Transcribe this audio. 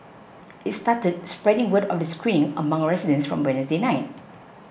it started spreading word of the screen among residents from Wednesday night